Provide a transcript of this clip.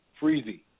Freezy